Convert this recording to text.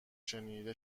شنیده